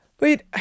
Wait